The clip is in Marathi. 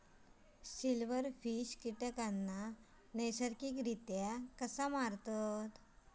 सिल्व्हरफिश कीटकांना नैसर्गिकरित्या कसा मारतत?